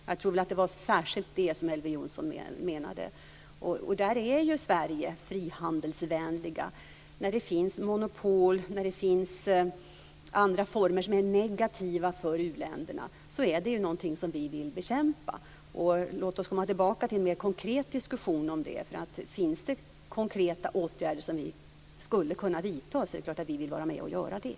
Jag tror att det var det som Elver Jonsson särskilt menade. Sverige är ju frihandelsvänligt. När det finns monopol och annat som är negativt för u-länderna är det något som vi vill bekämpa. Låt oss komma tillbaka till en mer konkret diskussion om det. Finns det konkreta åtgärder som vi skulle kunna vidta är det klart att vi vill vara med om att göra det.